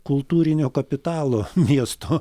kultūrinio kapitalo miesto